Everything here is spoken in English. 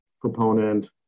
proponent